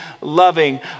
loving